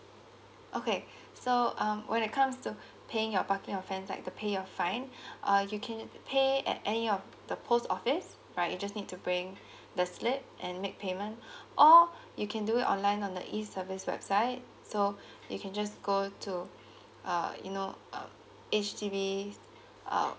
okay so um when it comes to paying your parking offence like to pay your fine uh you can pay at any of the post office right you just need to bring the slip and make payment or you can do it online on the E service website so you can just go to uh you know uh H_D_B uh